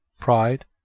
Pride